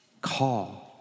Call